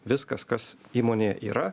viskas kas įmonėje yra